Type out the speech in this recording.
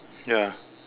ya